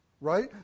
right